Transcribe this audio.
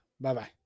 Bye-bye